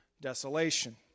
desolation